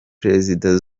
prezida